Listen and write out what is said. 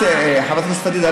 חברת הכנסת פדידה,